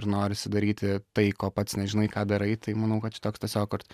ir norisi daryti tai ko pats nežinai ką darai tai manau kad čia toks tiesiog kur